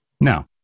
now